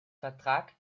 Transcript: vertrag